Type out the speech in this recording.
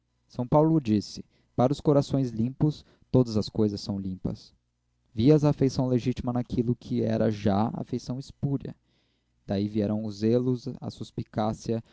são paulo o disse para os corações limpos todas as coisas são limpas vias a afeição legítima naquilo que era já afeição espúria daí vieram os zelos a suspicácia